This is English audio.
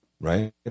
right